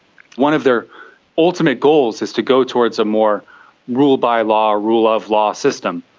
one of their ultimate goals is to go towards a more rule by law, rule of law system.